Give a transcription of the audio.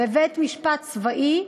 בבית-משפט צבאי,